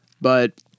But-